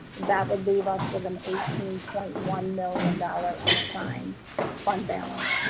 that would leave us with an eighteen point one million dollars on assigned fund balance.